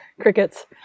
Crickets